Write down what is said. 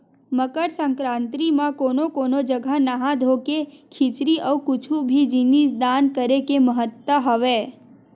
मकर संकरांति म कोनो कोनो जघा नहा धोके खिचरी अउ कुछु भी जिनिस दान करे के महत्ता हवय